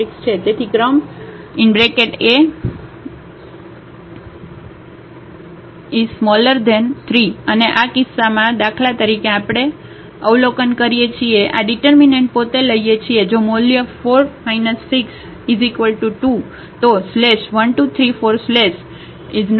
તેથી ક્રમ 3 અને આ કિસ્સામાં દાખલા તરીકે આપણે અવલોકન કરીએ છીએ કે આ ડિટર્મિનન્ટ પોતે લઈએ છીએ જો મૂલ્ય 4 6 2 તો | 1 2 3 4 |≠ 0